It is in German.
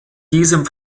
diesem